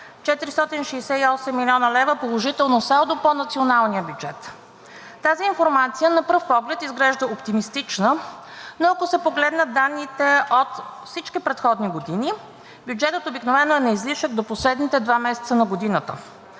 468 млн. лв. положително салдо по националния бюджет. Тази информация на пръв поглед изглежда оптимистична, но ако се погледнат данните от всички предходни години, бюджетът обикновено е на излишък до последните два месеца на годината.